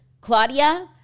Claudia